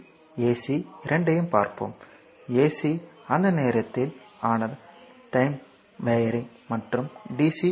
C மற்றும் AC இரண்டையும் பார்ப்போம் ஏசி அந்த நேரத்தில் கரண்ட் ஆனது டைம் வேரியிங் மற்றும் டி